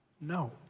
No